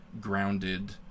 grounded